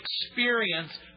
experience